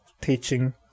teaching